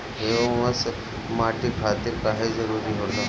Humus माटी खातिर काहे जरूरी होला?